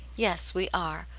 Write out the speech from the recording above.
yes, we are.